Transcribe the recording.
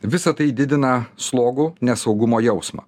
visa tai didina slogų nesaugumo jausmą